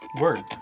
Word